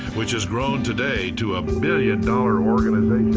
which has grown today to a billion-dollar organization.